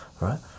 Right